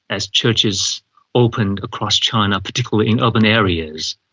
as churches opened across china, particularly in urban areas,